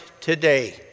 today